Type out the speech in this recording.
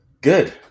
Good